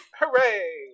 Hooray